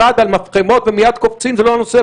על מפחמות ומייד קופצים שזה לא הנושא,